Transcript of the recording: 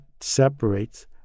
separates